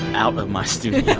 ah out of my studio